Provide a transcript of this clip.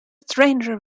stranger